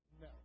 No